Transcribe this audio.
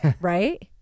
right